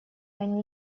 они